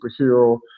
superhero